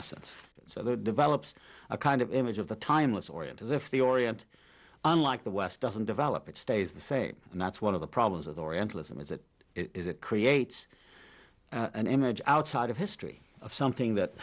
essence so that develops a kind of image of the timeless oriental if the orient unlike the west doesn't develop it stays the same and that's one of the problems with orientalism is that it creates an image outside of history of something that